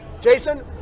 Jason